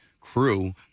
crew